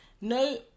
no